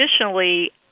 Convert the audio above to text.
additionally